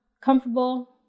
comfortable